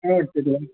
काय वाटतं आहे तुला